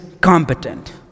competent